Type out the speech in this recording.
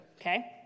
Okay